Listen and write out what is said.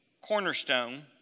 cornerstone